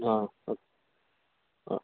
ആ അ അ